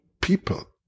people